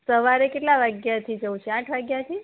સવારે કેટલા વાગ્યાથી જવું છે આઠ વાગ્યાથી